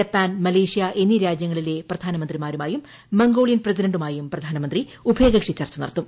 Japan Malaysia എന്നീ രാജ്യങ്ങളിലെ പ്രധ്ന്ന്മ്ന്തിമാരുമായും മംഗോളിയൻ പ്രസിഡന്റുമായും പ്രധാനമന്ത്രി ഉഭയക്ക്ഷ്ടി ച്ചർച്ച നടത്തും